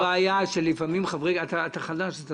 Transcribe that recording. יש לנו בעיה שלפעמים חברי אתה חדש אז אתה